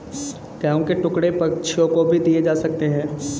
गेहूं के टुकड़े पक्षियों को भी दिए जा सकते हैं